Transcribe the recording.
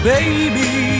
baby